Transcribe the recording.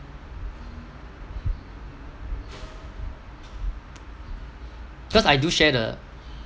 cause I do share the